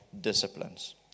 disciplines